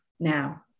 Now